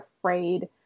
afraid